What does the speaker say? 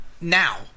Now